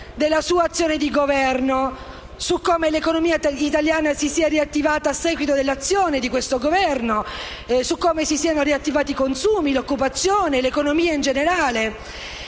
della sua azione di Governo; egli ci ha parlato di come l'economia italiana si sia riattivata a seguito dell'azione di questo Governo, di come si siano riattivati i consumi, l'occupazione e l'economia in generale;